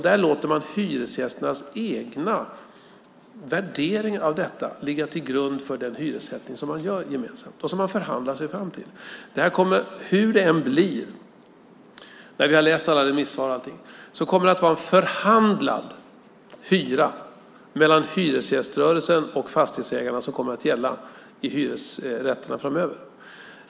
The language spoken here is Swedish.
Där låter man hyresgästernas egna värderingar av detta ligga till grund för den hyressättning som man gemensamt gör. Den förhandlar man sig fram till. Hur det än blir när vi har läst alla remissvar och allting kommer det att vara en hyra som förhandlas fram mellan hyresgäströrelsen och fastighetsägarna som kommer att gälla i hyresrätterna framöver.